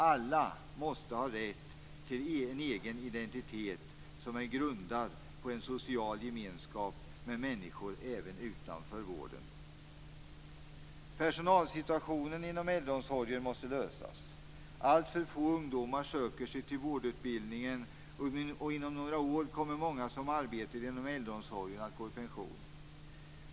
Alla måste ha rätt till en egen identitet som är grundad på en social gemenskap med människor även utanför vården. Personalsituationen inom äldreomsorgen måste lösas. Alltför få ungdomar söker sig till vårdutbildningen, och inom några år kommer många som arbetar inom äldreomsorgen att gå i pension.